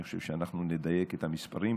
אני חושב שאנחנו נדייק את המספרים.